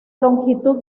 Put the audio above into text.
longitud